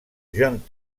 john